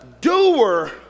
doer